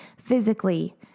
physically